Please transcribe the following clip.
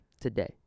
Today